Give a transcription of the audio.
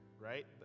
right